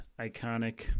iconic